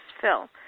fill